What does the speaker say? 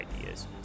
ideas